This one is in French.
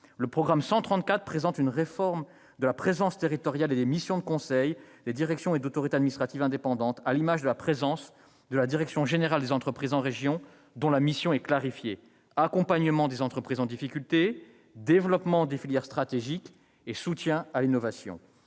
Le programme 134 présente une refonte de la présence territoriale et des missions des conseils, directions et autorités administratives indépendantes, à l'image de la présence de la direction générale des entreprises en région, dont la mission est clarifiée : elle se voit chargée de l'accompagnement des entreprises en difficulté, du développement des filières stratégiques et du soutien à l'innovation.